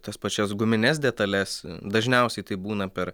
tas pačias gumines detales dažniausiai tai būna per